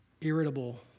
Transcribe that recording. irritable